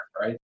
right